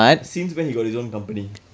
since when he got his own company